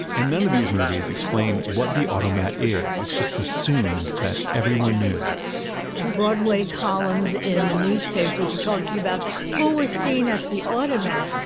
and none of these movies explain what the automat is. it's just assumed that everyone knew the broadway columns in the newspapers are talking about who was seen at the automat.